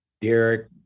Derek